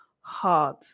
hard